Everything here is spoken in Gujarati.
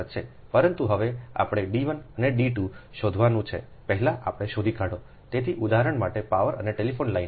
પરંતુ હવે આપણે d 1 અને d 2 શોધવાનું છે પહેલા આપણે શોધી કાઢો તેથી ઉદાહરણ માટે પાવર અને ટેલિફોન લાઇનો